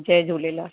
Jay Jhulelal